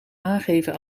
aangeven